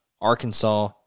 Arkansas